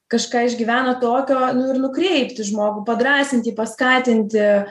kažką išgyvena tokio nu ir nukreipti žmogų padrąsint jį paskatinti